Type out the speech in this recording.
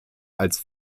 als